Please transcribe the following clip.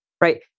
right